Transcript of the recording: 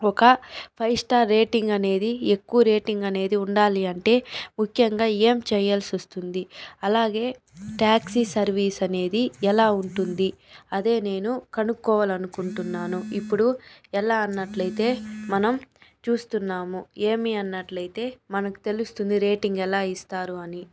ఒక five star rating అనేది ఎక్కువ రేటింగ్ అనేది ఉండాలి అంటే ముఖ్యంగా ఏం చేయాల్సి వస్తుంది అలాగే ట్యాక్సీ సర్వీస్ అనేది ఎలా ఉంటుంది అదే నేను కనుక్కోవాలి అనుకుంటున్నాను ఇప్పుడు ఎలా అన్నట్లయితే మనం చూస్తున్నాము ఏమి అన్నట్లయితే మనకు తెలుస్తుంది రేటింగ్ ఎలా ఇస్తారు అని